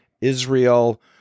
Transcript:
Israel